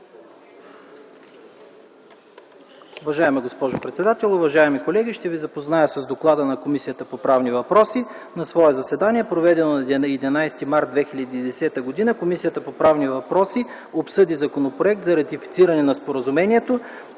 Уважаема госпожо председател, уважаеми колеги, ще ви запозная с доклада на Комисията по правни въпроси. „На свое заседание, проведено на 11 март 2010 г., Комисията по правни въпроси обсъди Законопроекта за ратифициране на споразумението.